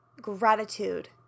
gratitude